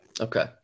Okay